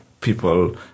people